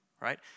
Right